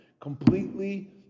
completely